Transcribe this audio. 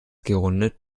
gerundet